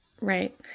Right